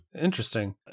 Interesting